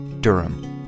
Durham